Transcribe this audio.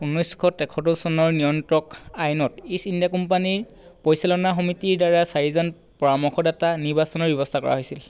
ঊনৈছশ তেসত্তৰ চনৰ নিয়ন্ত্ৰক আইনত ইষ্ট ইণ্ডিয়া কোম্পানীৰ পৰিচালনা সমিতিৰ দ্বাৰা চাৰিজন পৰামৰ্শদাতা নিৰ্বাচনৰ ব্যৱস্থা কৰা হৈছিল